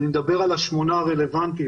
אני מדבר על השמונה הרלוונטיים,